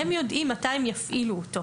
הם יודעים מתי הם יפעילו אותו,